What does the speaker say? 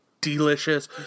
delicious